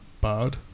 bad